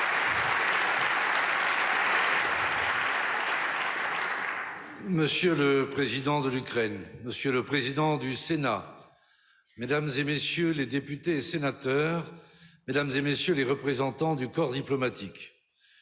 Monsieur le président de l'Ukraine, monsieur le président du Sénat, mesdames, messieurs les parlementaires, mesdames, messieurs les représentants du corps diplomatique,